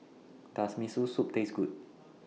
Does Miso Soup Taste Good